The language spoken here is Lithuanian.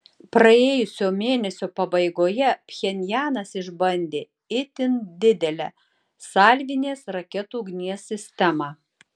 praėjusio mėnesio pabaigoje pchenjanas išbandė itin didelę salvinės raketų ugnies sistemą